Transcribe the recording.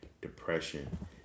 depression